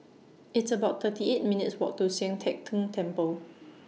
It's about thirty eight minutes' Walk to Sian Teck Tng Temple